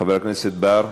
חבר הכנסת בר.